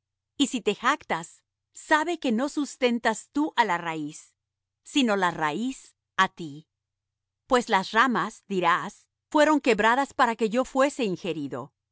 y si te jactas sabe que no sustentas tú á la raíz sino la raíz á ti pues las ramas dirás fueron quebradas para que yo fuese ingerido